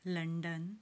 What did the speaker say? London